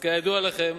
כידוע לכם,